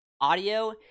audio